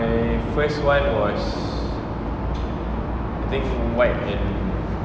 my first one was I think white and